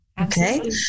Okay